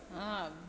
हँ